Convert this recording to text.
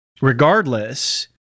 Regardless